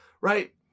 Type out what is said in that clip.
right